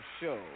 Show